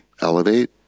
elevate